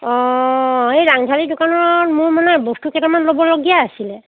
অ' এই ৰাংঢালী দোকানত মোৰ মানে বস্তু কেইটামান ল'বলগীয়া আছিলে